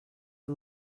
for